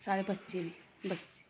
साढ़े बच्चे बच्चे